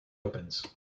opens